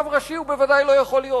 רב ראשי הוא בוודאי לא יכול להיות.